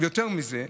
יותר מזה,